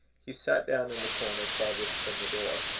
he sat down in the corner farthest from the door.